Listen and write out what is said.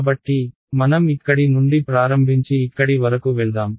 కాబట్టి మనం ఇక్కడి నుండి ప్రారంభించి ఇక్కడి వరకు వెళ్దాం